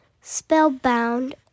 spellbound